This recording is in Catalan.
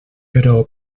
però